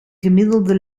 gemiddelde